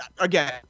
again